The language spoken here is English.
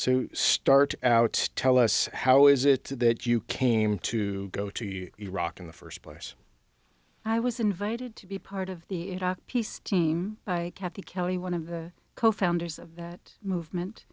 so start out tell us how is it that you came to go to iraq in the first place i was invited to be part of the iraq peace team kathy kelly one of the co founders of that movement